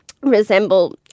resemble